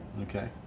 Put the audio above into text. Okay